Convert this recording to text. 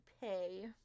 pay